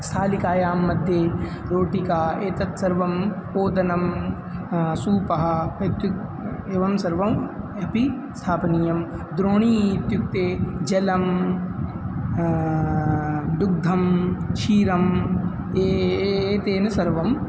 स्थालिकायां मध्ये रोटिका एतत् सर्वं ओदनं सूपः प्रत्येकं एवं सर्वम् अपि स्थापनीयं द्रोणी इत्युक्ते जलं दुग्धं क्षीरम् एतेन सर्वम्